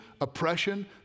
oppression